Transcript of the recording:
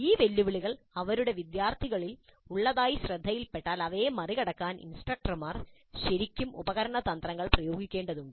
ഈ വെല്ലുവിളികൾ അവരുടെ വിദ്യാർത്ഥികളിൽ ഉള്ളതായി ശ്രദ്ധയിൽപ്പെട്ടാൽ അവയെ മറികടക്കാൻ ഇൻസ്ട്രക്ടർമാർ ശരിക്കും ഉപകരണ തന്ത്രങ്ങൾ പ്രയോഗിക്കേണ്ടതുണ്ട്